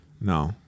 No